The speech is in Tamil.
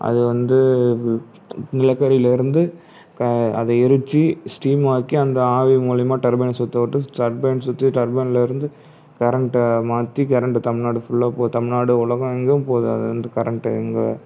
அது வந்து நிலக்கரியிலேருந்து க அதை எரித்து ஸ்ட்ம் ஆக்கி அந்த ஆவி மூலியமா டர்பைனை சுற்றவிட்டு டர்பைன் சுற்றி டர்பைனில் இருந்து கரண்ட்டை மாற்றி கரண்ட் தமிழ்நாடு ஃபுல்லாக போ தமிழ்நாடு உலகம் எங்கேயும் போகுது அது வந்து கரண்ட் எங்கள்